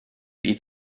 eat